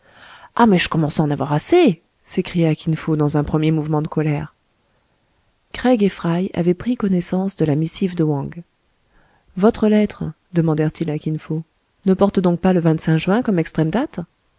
ah mais je commence à en avoir assez s'écria kin fo dans un premier mouvement de colère craig et fry avaient pris connaissance de la missive de wang votre lettre demandèrent ils à kin fo ne porte donc pas le juin comme extrême date